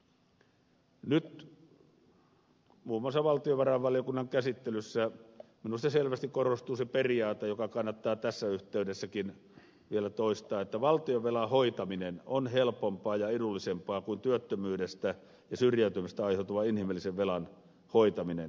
nyt muun muassa valtiovarainvaliokunnan käsittelyssä minusta selvästi korostui se periaate joka kannattaa tässä yhteydessäkin vielä toistaa että valtionvelan hoitaminen on helpompaa ja edullisempaa kuin työttömyydestä ja syrjäytymisestä aiheutuvan inhimillisen velan hoitaminen